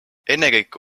ennekõike